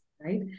Right